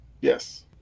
Yes